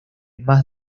más